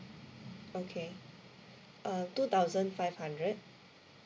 okay uh two thousand five hundred